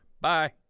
Bye